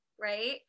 right